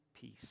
peace